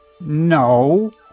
No